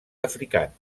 africans